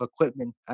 equipment